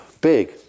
Big